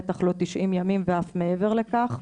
בטח לא 90 ימים ואף מעבר לכך.